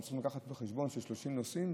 אנחנו צריכים לקחת בחשבון ש-30 נוסעים,